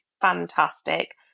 Fantastic